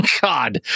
God